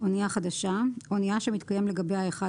"אנייה חדשה" אנייה שמתקיים לגביה אחד